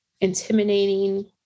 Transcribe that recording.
intimidating